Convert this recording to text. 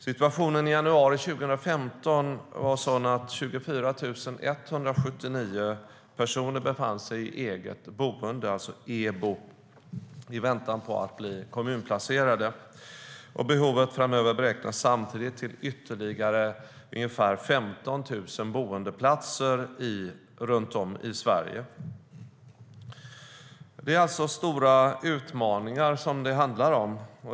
Situationen i januari 2015 var sådan att 24 179 personer befann sig i eget boende, alltså EBO, i väntan på att bli kommunplacerade. Behovet framöver beräknas bli ytterligare ungefär 15 000 boendeplatser runt om i Sverige. Det är alltså stora utmaningar som det handlar om.